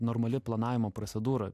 normali planavimo procedūra